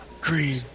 Green